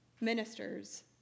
Ministers